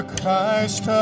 Christ